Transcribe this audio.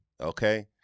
Okay